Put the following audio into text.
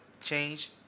change